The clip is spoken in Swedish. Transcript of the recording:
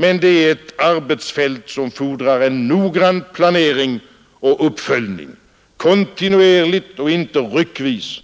Men det är ett arbetsfält som fordrar en noggrann planering och uppföljning, kontinuerligt och inte ryckvis,